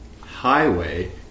highway